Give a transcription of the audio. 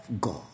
God